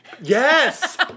Yes